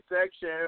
section